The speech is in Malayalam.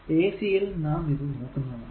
ac യിൽ നാം ഇത് നോക്കുന്നതാണ്